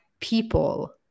people